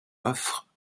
offre